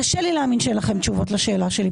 קשה לי להאמין שאין לכם תשובות לשאלה שלי,